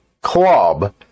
club